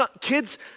kid's